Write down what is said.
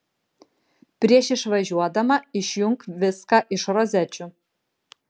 prieš išvažiuodama išjunk viską iš rozečių